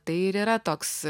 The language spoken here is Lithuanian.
tai ir yra toks